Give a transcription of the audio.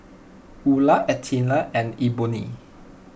Eula Alethea and Eboni